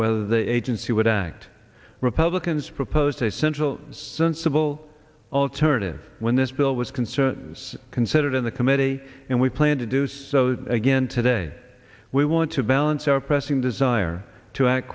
whether the agency would act republicans proposed a central sensible alternative when this bill was concerned was considered in the committee and we plan to do so again today we want to balance our pressing desire to act